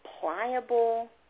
pliable